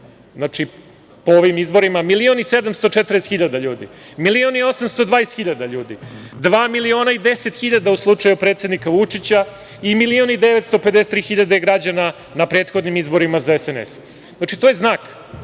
znači, po ovim izborima 1.740.000 ljudi, 1.820.000 hiljada ljudi, 2.010.000 u slučaju predsednika Vučića, i 1.953.000 građana na prethodnim izborima za SNS. Znači, to je znak.